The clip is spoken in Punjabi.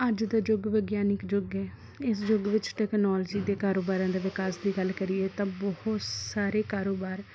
ਅੱਜ ਦਾ ਯੁੱਗ ਵਿਗਿਆਨਿਕ ਯੁੱਗ ਹੈ ਇਸ ਯੁੱਗ ਵਿੱਚ ਟੈਕਨੋਲਜੀ ਦੇ ਕਾਰੋਬਾਰਾਂ ਦੇ ਵਿਕਾਸ ਦੀ ਗੱਲ ਕਰੀਏ ਤਾਂ ਬਹੁਤ ਸਾਰੇ ਕਾਰੋਬਾਰ